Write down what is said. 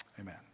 amen